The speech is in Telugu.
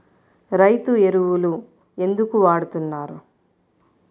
రైతు ఎరువులు ఎందుకు వాడుతున్నారు?